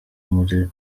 muri